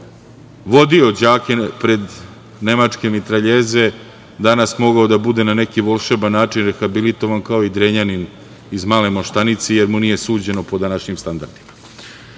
vodio đake pred nemačke mitraljeze, danas mogao da bude na neki volšeban način rehabilitovan kao i Drenjanin iz Male Moštanice, jer mu nije suđeno po današnjim standardima. Tako